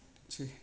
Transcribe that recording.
बेनोसै